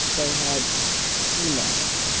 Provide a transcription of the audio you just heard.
they had ski masks.